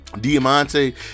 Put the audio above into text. diamante